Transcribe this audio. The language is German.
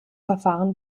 verfahren